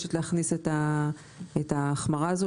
מבקשת להכניס את ההחמרה הזו.